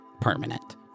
permanent